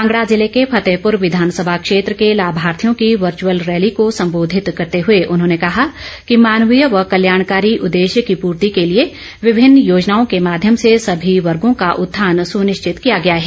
कांगड़ा जिले के फतेहपुर विधानसभा क्षेत्र के लाभार्थियों की वर्चअल रैली को सम्बोधित करते हुए उन्होंने कहा कि मानवीय व कल्याणकारी उद्देश्य की पूर्ति के लिए विभिन्न योजनाओं के माध्यम से सभी वर्गों का उत्थान सुनिश्चित किया गया है